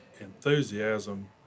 enthusiasm